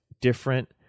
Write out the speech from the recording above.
different